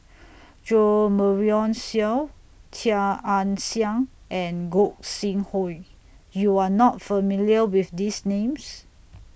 Jo Marion Seow Chia Ann Siang and Gog Sing Hooi YOU Are not familiar with These Names